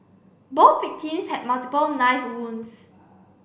both victims had multiple knife wounds